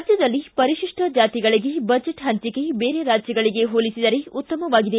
ರಾಜ್ಞದಲ್ಲಿ ಪರಿಶಿಷ್ಟ ಜಾತಿಗಳಿಗೆ ಬಜೆಟ್ ಹಂಚಿಕೆ ಬೇರೆ ರಾಜ್ಞಗಳಿಗೆ ಹೋಲಿಸಿದರೆ ಉತ್ತಮವಾಗಿದೆ